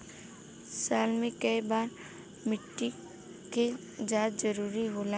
साल में केय बार मिट्टी के जाँच जरूरी होला?